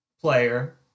player